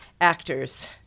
actors